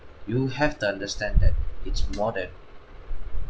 you have to understand that it's more than